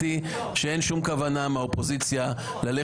שלח אתכם לאופוזיציה.